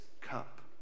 cup